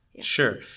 Sure